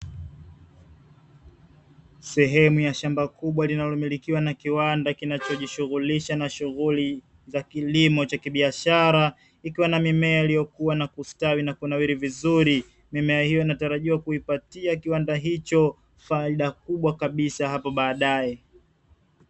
Sehemu ya shamba kubwa linalomilikiwa na kiwanda kinachojishughulisha na shughuli za kilimo cha kibiashara ikiwa na mimea yaliyokuwa na kustawi na kunawiri vizuri, mimea hiyo natarajiwa kuipatia kiwanda hicho faida kubwa kabisa hapo baadaye.